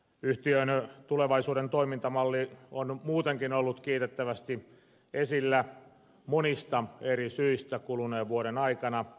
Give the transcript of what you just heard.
yhtiön tulevaisuuden toimintamalli on muutenkin ollut kiitettävästi esillä monista eri syistä kuluneen vuoden aikana